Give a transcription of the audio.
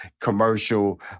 commercial